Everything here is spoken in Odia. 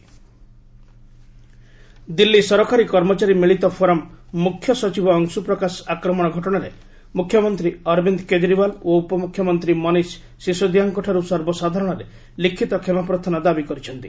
ଦିଲ୍ଲୀ ଗଭର୍ଣ୍ଣମେଣ୍ଟ ଏମ୍ପ୍ରୋଇ ଦିଲ୍ଲୀ ସରକାରୀ କର୍ମଚାରୀ ମିଳିତ ଫୋରମ୍ ମୁଖ୍ୟ ସଚିବ ଅଂଶୁପ୍ରକାଶ ଆକ୍ମଣ ଘଟଣାରେ ମୁଖ୍ୟମନ୍ତ୍ରୀ ଅରବିନ୍ଦ କେଜରୀୱାଲ୍ ଓ ଉପମ୍ରଖ୍ୟମନ୍ତ୍ରୀ ମନୀଷ ସିସୋଦିଆଙ୍କଠାରୁ ସର୍ବସାଧାରଣରେ ଲିଖିତ କ୍ଷମାପ୍ରାର୍ଥନା ଦାବି କରିଛନ୍ତି